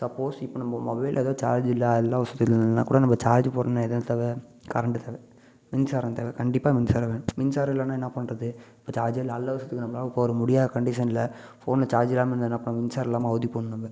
suppose இப்போ நம்ம மொபைலில் எதாவது சார்ஜ் இல்லை அவசரத்துக்கு இல்லைன்னா கூட நம்ம சார்ஜ் போடணுன்னா எதுவும் தேவை கரண்டு தேவை மின்சாரம் தேவை கண்டிப்பாக மின்சாரம் வேணும் மின்சாரம் இல்லைன்னா என்ன பண்ணுறது இப்போ சார்ஜே இல்லை ஆத்திர அவசரத்துக்கு இப்போ ஒரு முடியாத கண்டிஷனில் ஃபோனில் சார்ஜ் இல்லாமல் இருந்ததுன்னால் இப்போ மின்சாரம் இல்லாமல் அவதிப்படணும்ல